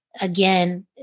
again